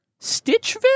Stitchville